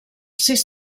sis